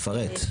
מפרט.